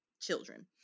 children